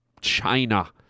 China